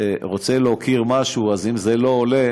רוצה להוקיר משהו, אם זה לא עולה